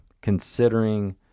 considering